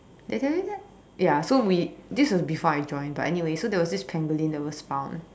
did i tell you that ya so we this was before I joined but anyway so there was this pangolin that was found